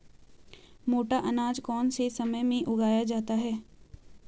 मोटा अनाज कौन से समय में उगाया जाता है?